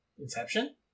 Inception